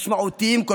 משמעותיים.